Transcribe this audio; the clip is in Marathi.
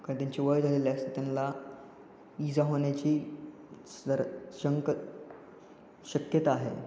कारण त्यांची वय झालेली असतं त्यांना इजा होण्याची सर शंक शक्यता आहे